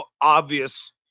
obvious